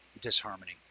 disharmony